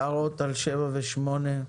הערות על 7 ו-8?